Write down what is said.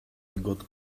got